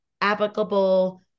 applicable